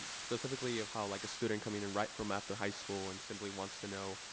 specifically of how like a student coming in right from after high school and simply wants to know,